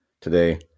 today